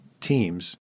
teams